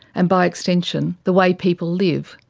and by extension, the way people live,